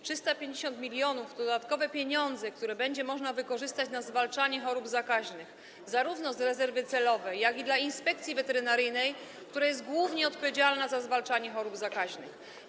350 mln to dodatkowe pieniądze, które będzie można wykorzystać na zwalczanie chorób zakaźnych zarówno z rezerwy celowej, jak i dla Inspekcji Weterynaryjnej, która jest głównie odpowiedzialna za zwalczanie chorób zakaźnych.